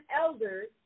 elders